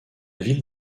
ville